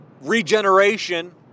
regeneration